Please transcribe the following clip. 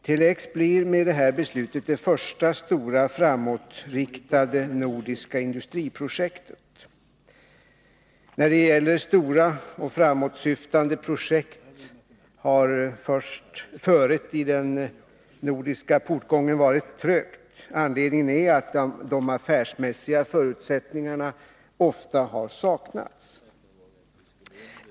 Tele-X blir med det här beslutet det första stora framåtriktade nordiska industriprojektet. När det gäller stora och framåtsyftande projekt har föret i den nordiska portgången varit trögt. Anledningen är att de affärsmässiga förutsättningarna ofta har saknats.